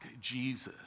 Jesus